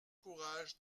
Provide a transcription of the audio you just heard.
courage